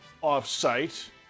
off-site